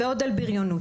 ועוד על בריונות.